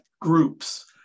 groups